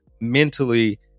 mentally